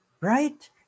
right